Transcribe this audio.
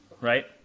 right